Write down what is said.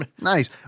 Nice